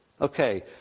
Okay